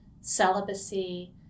celibacy